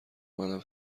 منم